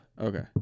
Okay